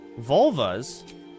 Vulvas